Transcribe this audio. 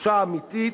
תחושה אמיתית,